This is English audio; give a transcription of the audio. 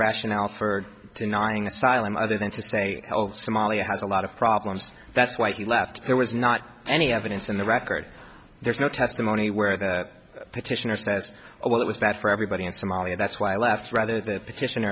rationale for denying asylum other than to say somalia has a lot of problems that's why he left there was not any evidence in the record there's no testimony where the petitioner says well it was bad for everybody in somalia that's why i left rather that position